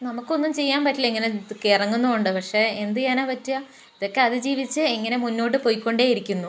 നമുക്കൊന്നും ചെയ്യാൻ പറ്റില്ല ഇങ്ങനെ ഇതൊക്കെ എറങ്ങുന്നോണ്ട് പക്ഷേ എന്തെയ്യാനാ പറ്റാ ഇതൊക്കെ അതിജീവിച്ച് ഇങ്ങനെ മുന്നോട്ട് പൊയ്ക്കൊണ്ടേയിരിക്കുന്നു